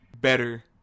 better